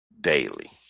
daily